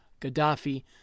Gaddafi